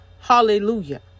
Hallelujah